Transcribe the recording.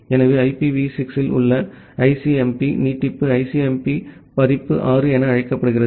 எனவே ஐபிவி 6 இல் உள்ள ஐசிஎம்பி நீட்டிப்பு ஐசிஎம்பி பதிப்பு 6 என அழைக்கிறோம்